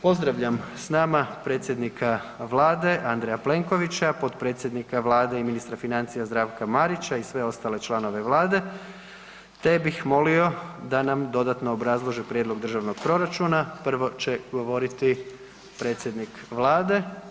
Pozdravljam s nama predsjednika Vlade Andreja Plenkovića, potpredsjednika Vlade i ministra financija, Zdravka Marića i sve ostale članove Vlade te bih molio da nam dodatno obrazloži prijedlog Državnog proračuna, prvo će govoriti predsjednik Vlade.